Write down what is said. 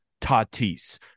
tatis